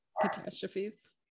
catastrophes